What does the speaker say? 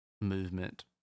movement